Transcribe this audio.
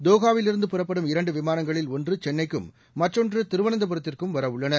தோஹாவில் இருந்து புறப்படும் இரண்டு விமானங்களில் ஒன்று சென்னைக்கும் மற்றொன்று திருவனந்தபுரத்திற்கும் வர உள்ளன